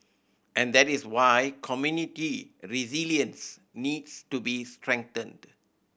and that is why community resilience needs to be strengthened